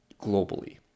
globally